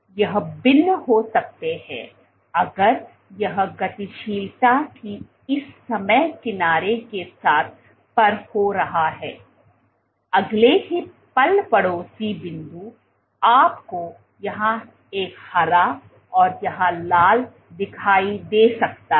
तो यह भिन्न हो सकते हैं अगर यह गतिशीलता कि इस समय किनारे के साथ पर हो रहा है अगले ही पल पड़ोसी बिंदु आपको यहाँ एक हरा और यहाँ लाल दिखाई दे सकता है